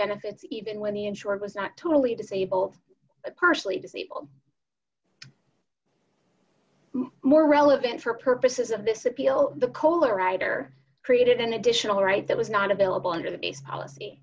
benefits even when the insured was not totally disabled partially disabled more relevant for purposes of this appeal the koehler rider created an additional right that was not available under the base policy